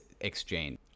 exchange